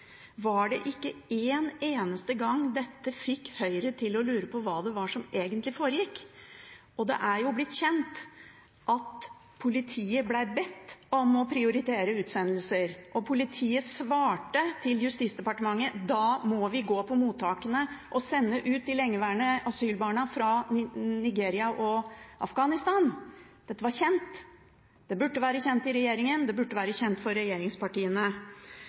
ikke dette en eneste gang Høyre til å lure på hva det var som egentlig foregikk? Og det er jo blitt kjent at politiet ble bedt om å prioritere utsendelser, og politiet svarte til Justisdepartementet: Da må vi gå på mottakene og sende ut de lengeværende asylbarna fra Nigeria og Afghanistan. Dette var kjent, det burde være kjent i regjeringen, og det burde være kjent for regjeringspartiene.